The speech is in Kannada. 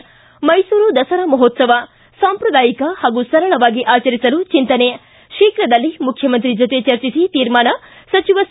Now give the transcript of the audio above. ಿಕ ಮೈಸೂರು ದಸರಾ ಮಹೋತ್ಸವ ಸಾಂಪ್ರದಾಯಿಕ ಹಾಗೂ ಸರಳವಾಗಿ ಆಚರಿಸಲು ಚಿಂತನೆ ಶೀಘದಲ್ಲೇ ಮುಖ್ಯಮಂತ್ರಿ ಜೊತೆ ಚರ್ಚಿಸಿ ತೀರ್ಮಾನ ಸಚಿವ ಸಿ